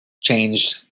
changed